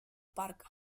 парка